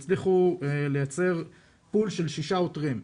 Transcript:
הצליחו לייצר פול של שישה עותרים.